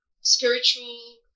spiritual